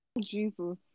Jesus